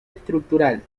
estructural